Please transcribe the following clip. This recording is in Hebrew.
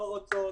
לא רוצות,